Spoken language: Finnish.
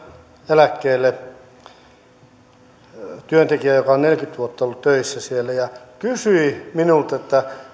eläkkeelle työntekijä joka on neljäkymmentä vuotta ollut töissä siellä ja hän kysyi minulta